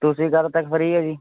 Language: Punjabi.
ਤੁਸੀਂ ਕਦ ਤੱਕ ਫਰੀ ਹੈ ਜੀ